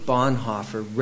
Bonhoeffer